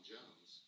Jones